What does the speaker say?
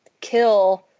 kill